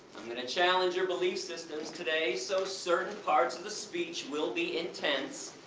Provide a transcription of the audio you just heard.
i'm going to challenge your belief systems today, so certain parts of the speech will be intense,